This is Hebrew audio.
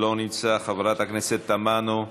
לא נמצא, חברת הכנסת תמנו,